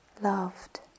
loved